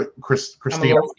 Christina